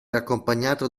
accompagnato